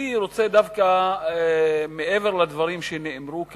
אני רוצה דווקא, מעבר לדברים שנאמרו כאן,